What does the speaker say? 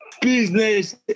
business